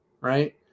right